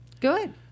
Good